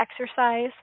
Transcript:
exercise